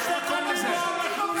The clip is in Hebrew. יש מקום לזה.